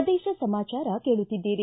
ಪ್ರದೇಶ ಸಮಾಚಾರ ಕೇಳುತ್ತಿದ್ದೀರಿ